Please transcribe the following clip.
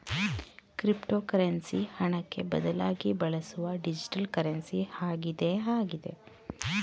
cryptocurrency ಹಣಕ್ಕೆ ಬದಲಾಗಿ ಬಳಸುವ ಡಿಜಿಟಲ್ ಕರೆನ್ಸಿ ಆಗಿದೆ ಆಗಿದೆ